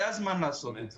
זה הזמן לעשות את זה.